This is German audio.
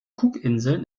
cookinseln